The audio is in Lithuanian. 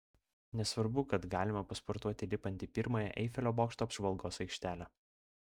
nesvarbu kad galima pasportuoti lipant į pirmąją eifelio bokšto apžvalgos aikštelę